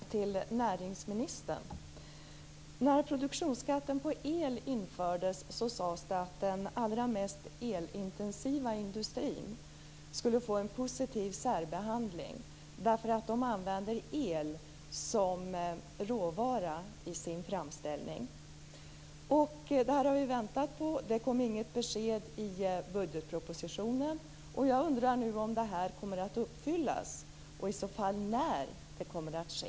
Fru talman! Jag har en fråga till näringsministern. När produktionsskatten på el infördes sades det att den allra mest elintensiva industrin skulle få en positiv särbehandling därför att den använder el som råvara i sin framställning. Det här har vi väntat på. Det kom inget besked i budgetpropositionen. Jag undrar nu om det här kommer att uppfyllas och i så fall när det kommer att ske.